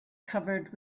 covered